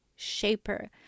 shaper